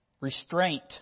restraint